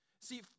See